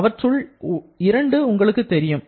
அவற்றுள் 2 உங்களுக்கு தெரியும்